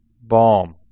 balm